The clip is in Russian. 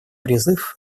призыв